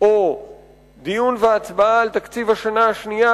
או דיון והצבעה על תקציב השנה השנייה